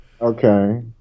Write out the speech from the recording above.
Okay